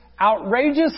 outrageous